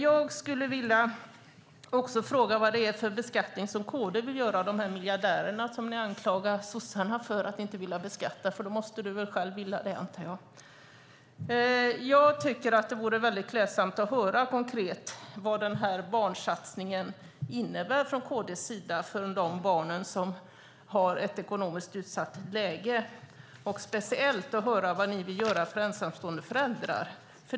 Jag vill också fråga vad det är för beskattning som KD vill göra av de miljardärer som ni anklagar sossarna för att inte vilja beskatta. Då måste du själv vilja det, antar jag. Det vore väldigt klädsamt om vi konkret fick höra vad barnsatsningen från KD:s sida innebär för de barn som är i ett ekonomiskt utsatt läge. Det gäller speciellt vad ni vill göra för ensamstående föräldrar.